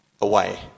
away